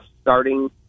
starting